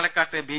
Palakkad B